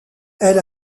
elle